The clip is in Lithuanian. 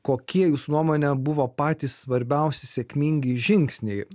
kokie jūsų nuomone buvo patys svarbiausi sėkmingi žingsniai